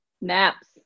Naps